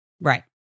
Right